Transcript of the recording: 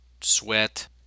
Sweat